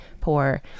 poor